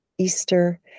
easter